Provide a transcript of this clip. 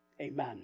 Amen